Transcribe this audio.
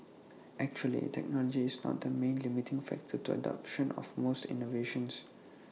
actually technology is not the main limiting factor to the adoption of most innovations